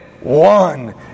one